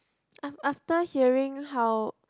af~ after hearing how